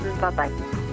Bye-bye